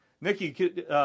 Nikki